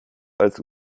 als